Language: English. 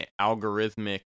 algorithmic